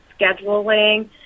scheduling